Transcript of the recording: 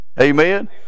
Amen